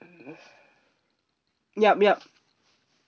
yup yup